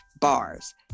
bars